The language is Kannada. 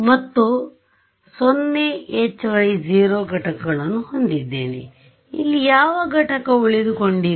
ಮತ್ತು 0 Hy 0 ಘಟಕಗಳನ್ನು ಹೊಂದಿದ್ದೇನೆ ಇಲ್ಲಿ ಯಾವ ಘಟಕ ಉಳಿದುಕೊಂಡಿದೆ